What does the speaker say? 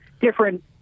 different